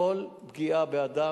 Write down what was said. כל פגיעה באדם,